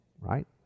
Right